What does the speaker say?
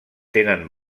tenen